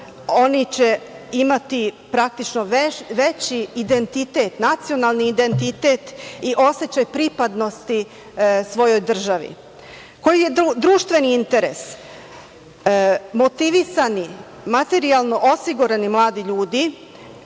Oni će imati praktično veći identitet, nacionalni identitet i osećaj pripadnosti svojoj državi. Koji je društveni interes? Motivisani i materijalno osigurani mladi ljudi